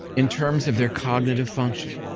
in terms of their cognitive function.